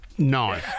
No